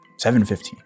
7.15